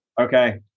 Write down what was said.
Okay